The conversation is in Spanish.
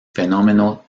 fenómeno